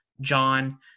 John